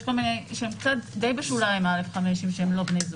זה די בשוליים א5 שהם לא בני זוג.